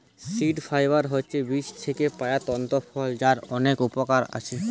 seed fibre হচ্ছে বীজ থিকে পায়া তন্তু ফল যার অনেক উপকরণ আছে